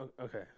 Okay